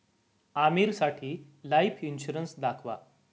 आमीरसाठी life insurance दाखवा